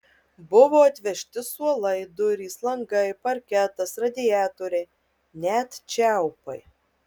buvo atvežti suolai durys langai parketas radiatoriai net čiaupai